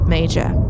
Major